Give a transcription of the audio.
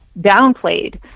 downplayed